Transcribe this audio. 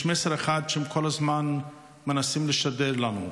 יש מסר אחד שהם כל הזמן מנסים לשדר לנו,